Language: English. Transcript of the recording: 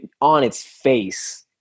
on-its-face